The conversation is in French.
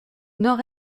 nord